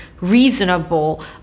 reasonable